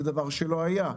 זה דבר שלא היה.